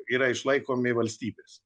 yra išlaikomi valstybės